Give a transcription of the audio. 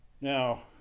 Now